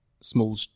small